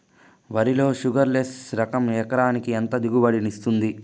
వరి లో sugarless less రకం ఎకరాకి ఎంత దిగుబడినిస్తుంది